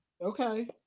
Okay